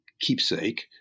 keepsake